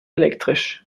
elektrisch